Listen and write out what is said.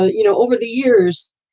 you know, over the years,